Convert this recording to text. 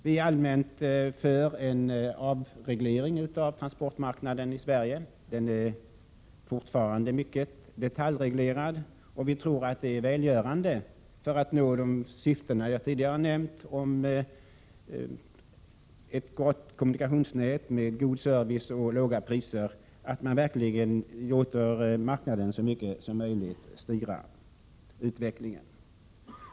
Vi är allmänt för en avreglering av transportmarknaden i Sverige. Den är fortfarande mycket detaljreglerad, och vi tror att det är välgörande för att nå de syften jag tidigare har nämnt — ett gott kommunikationsnät med god service och låga priser — att man verkligen låter marknaden styra utvecklingen så mycket som möjligt.